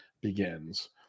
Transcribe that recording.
begins